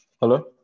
Hello